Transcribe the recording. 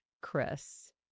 Chris